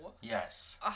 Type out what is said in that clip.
Yes